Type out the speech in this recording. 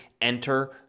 enter